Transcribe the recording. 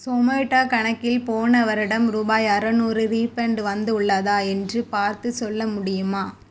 Zomato கணக்கில் போன வருடம் ரூபாய் அறுநூறு ரீஃபண்ட் வந்துள்ளதா என்று பார்த்து சொல்ல முடியுமா